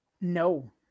No